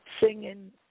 singing